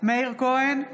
מאיר כהן,